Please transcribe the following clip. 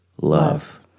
love